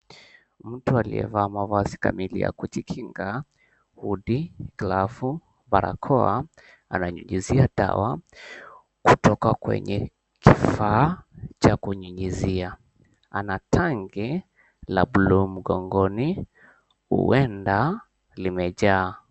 Mtu aliyevaa mavazi kamili ya kujikinga; hoodie , glavu, barakoa, ananyunyizia dawa kutoka kwenye kifaa cha kunyunyuzia. Ana tangi la buluu mgongoni huenda limejaa.